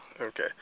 okay